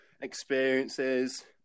experiences